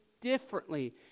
differently